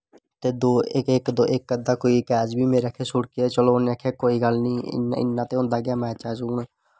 ते इक्क अध्दा कोई कैच बी मेरा अक्खे छुड़केआ चलो उनें आक्खेआ कोई गल्ल नी इन्ना ते होंदा गै मैचै च